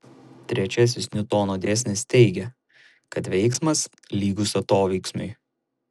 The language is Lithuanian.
trečiasis niutono dėsnis teigia kad veiksmas lygus atoveiksmiui